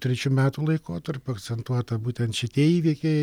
trečių metų laikotarpiu akcentuota būtent šitie įvykiai